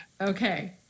Okay